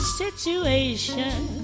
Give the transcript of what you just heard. situation